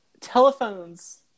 Telephones